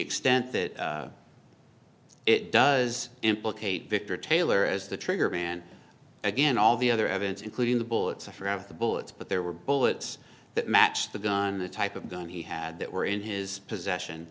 extent that it does implicate victor taylor as the trigger man again all the other evidence including the bullets of forever the bullets but there were bullets that matched the gun the type of gun he had that were in his possession